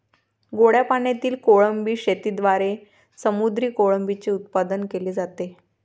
गोड्या पाण्यातील कोळंबी शेतीद्वारे समुद्री कोळंबीचे उत्पादन केले जाते